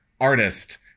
artist